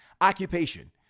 occupation